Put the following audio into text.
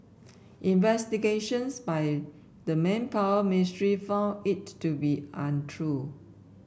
investigations by the Manpower Ministry found it to be untrue